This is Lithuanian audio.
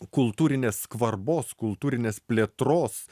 kultūrinės skvarbos kultūrinės plėtros